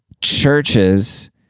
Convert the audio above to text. churches